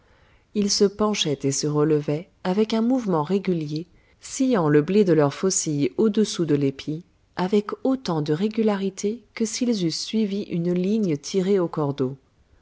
ils se penchaient et se relevaient avec un mouvement régulier sciant le blé de leurs faucilles au-dessous de l'épi avec autant de régularité que s'ils eussent suivi une ligne tirée au cordeau